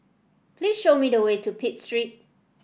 please show me the way to Pitt Street